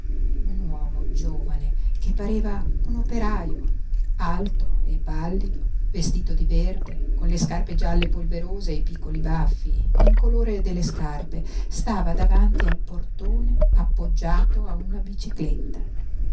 un uomo giovane che pareva un operaio alto e pallido vestito di verde con le scarpe gialle polverose e i piccoli baffi in colore delle scarpe stava davanti al portone appoggiato a una bicicletta